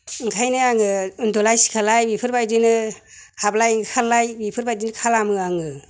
ओंखायनो आङो उन्दुलाय सिखारलाय बेफोरबायदिनो हाबलाय ओंखारलाय बेफोरबायदिनो खालामो आङो